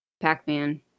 Pac-Man